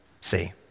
see